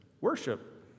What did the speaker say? worship